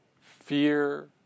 fear